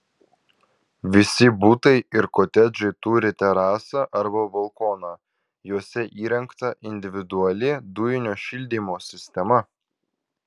visi butai ir kotedžai turi terasą arba balkoną juose įrengta individuali dujinio šildymo sistema